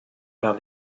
par